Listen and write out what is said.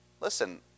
Listen